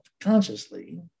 consciously